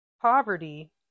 poverty